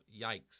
yikes